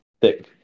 thick